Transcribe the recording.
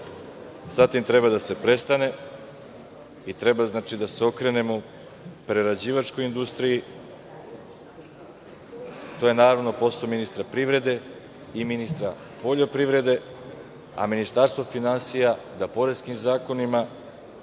Sa tim treba da se prestane i treba da se okrenemo prerađivačkoj industriji. To je, naravno, posao ministra privrede i ministra poljoprivrede, a Ministarstvo finansija da poreskim zakonima,